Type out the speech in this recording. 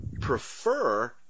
prefer